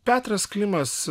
petras klimas